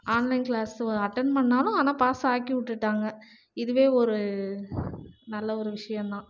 online class attend பண்ணாலும் ஆனால் pass ஆக்கி விட்டுட்டாங்க இதுவே ஒரு நல்ல ஒரு விஷயந்தான்